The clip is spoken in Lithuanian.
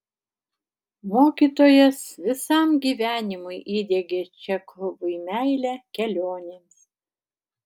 mokytojas visam gyvenimui įdiegė čechovui meilę kelionėms